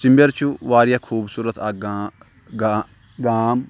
ژِمبٮ۪ر چھُ واریاہ خوٗبصوٗرَت اَکھ گا گا گام